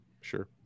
sure